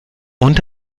und